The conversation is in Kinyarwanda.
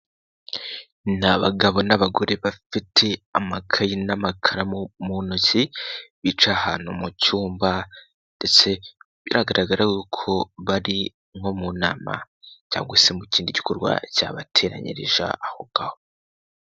Ni abagabo n'abagore bafite amakayi n'amakara mu ntoki, bicaye ahantu mu cyumba ndetse biragaragara y'uko bari nko mu nama cyangwa se mu kindi gikorwa cyabateranyirije aho ngaho.